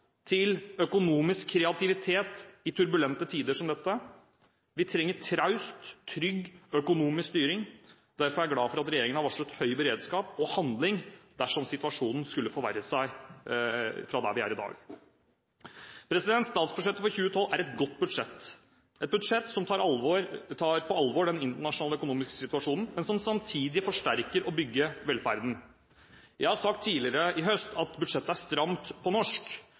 til økonomisk kreativitet i turbulente tider som dette. Vi trenger traust, trygg økonomisk styring. Derfor er jeg glad for at regjeringen har varslet høy beredskap og handling dersom situasjonen skulle forverre seg fra der vi er i dag. Statsbudsjettet for 2012 er et godt budsjett, et budsjett som tar på alvor den internasjonale økonomiske situasjonen, men som samtidig fortsetter å bygge velferden. Jeg har tidligere i høst sagt at budsjettet er «stramt på norsk»,